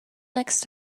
next